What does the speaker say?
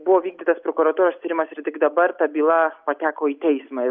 buvo vykdytas prokuratūros tyrimas ir tik dabar ta byla pateko į teismą